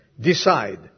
decide